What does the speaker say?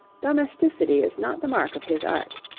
domesticity is not the mark of his art.